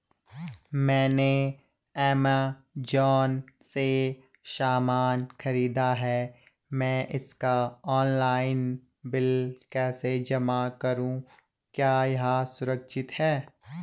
मैंने ऐमज़ान से सामान खरीदा है मैं इसका ऑनलाइन बिल कैसे जमा करूँ क्या यह सुरक्षित है?